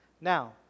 now